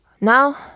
now